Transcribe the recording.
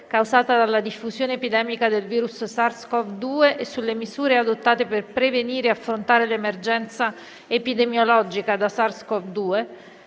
causata dalla diffusione epidemica del virus SARS-CoV-2 e sulle misure adottate per prevenire e affrontare l'emergenza epidemiologica da SARS-CoV-2",